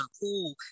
pool